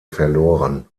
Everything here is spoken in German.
verloren